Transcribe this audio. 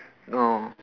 orh